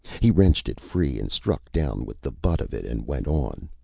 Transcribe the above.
he wrenched it free and struck down with the butt of it, and went on.